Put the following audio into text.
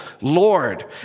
Lord